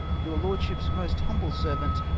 your lordship's most humble servant,